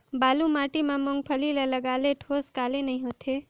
बालू माटी मा मुंगफली ला लगाले ठोस काले नइ होथे?